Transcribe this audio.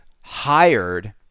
hired